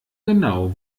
genau